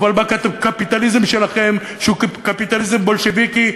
אבל הקפיטליזם שלכם, שהוא קפיטליזם בולשביקי,